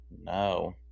no